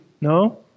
No